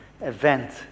event